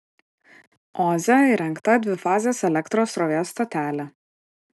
oze įrengta dvifazės elektros srovės stotelė